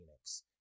Phoenix